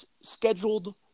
scheduled